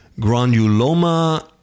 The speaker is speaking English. granuloma